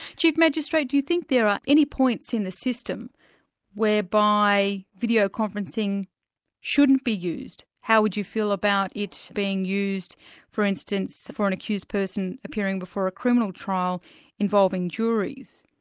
chief magistrate, do you think there are any points in the system whereby video-conferencing shouldn't be used? how would you feel about it being used for instance for an accused person appearing before a criminal trial involving juries?